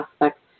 aspects